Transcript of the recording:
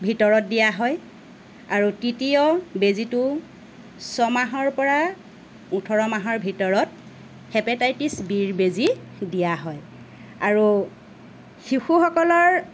ভিতৰত দিয়া হয় আৰু তৃতীয় বেজীটো ছমাহৰ পৰা ওঠৰ মাহৰ ভিতৰত হেপেটাইচিছ বিৰ বেজী দিয়া হয় আৰু শিশুসকলৰ